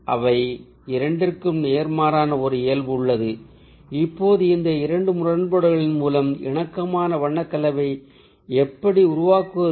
அவை இரண்டிற்கும் நேர்மாறான ஒரு இயல்பு உள்ளது இப்போது இந்த இரண்டு முரண்பாடுகளின் மூலம் இணக்கமான வண்ண கலவையை எப்படி உருவாக்குவது